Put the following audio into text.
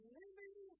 living